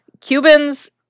Cubans